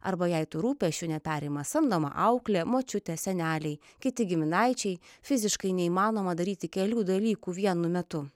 arba jei tų rūpesčių neperima samdoma auklė močiutės seneliai kiti giminaičiai fiziškai neįmanoma daryti kelių dalykų vienu metu